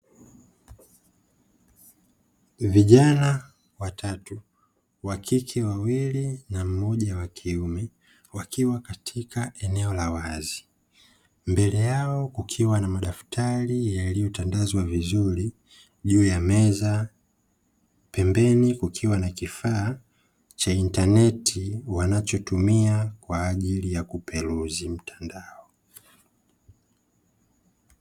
Vijana watatu (wa kike wawili na mmoja wa kiume) wakiwa katika eneo la wazi, mbele yao kukiwa na madaftari yaliyotandazwa vizuri juu ya meza. Pembeni kukiwa na kifaa cha intaneti wanachotumia kwa ajili ya kuperuzi mtandao.